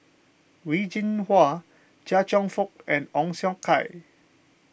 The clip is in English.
Wen Jinhua Chia Cheong Fook and Ong Siong Kai